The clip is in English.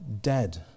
dead